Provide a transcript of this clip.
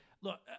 look